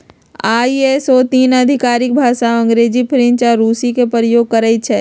ISO तीन आधिकारिक भाषामें अंग्रेजी, फ्रेंच आऽ रूसी के प्रयोग करइ छै